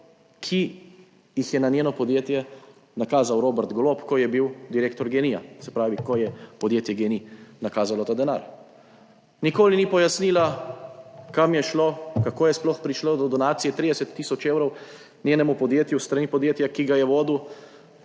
ki jih je na njeno podjetje nakazal Robert Golob, ko je bil direktor GEN-I-ja, se pravi, ko je podjetje GEN-I nakazalo ta denar, nikoli ni pojasnila, kam je šlo, kako je sploh prišlo do donacije 30 tisoč evrov njenemu podjetju s strani podjetja, ki ga je vodil